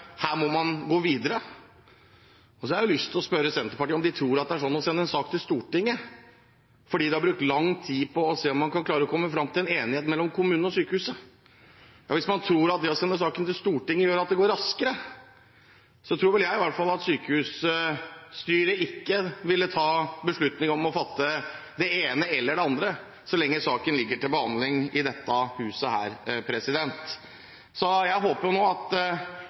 her må gå videre. Jeg har også lyst til å spørre Senterpartiet om de tror det er sånn at man sender en sak til Stortinget fordi man har brukt lang tid på å se om man kan klare å komme fram til en enighet mellom kommunen og sykehuset. Ja, hvis man tror at det å sende saken til Stortinget gjør at det går raskere, tror i hvert fall jeg at sykehusstyret ikke ville tatt beslutning om å fatte det ene eller det andre vedtaket, så lenge saken ligger til behandling i dette huset. Når vi nå får behandlet saken, håper jeg at det raskt kommer til å skje noe, og at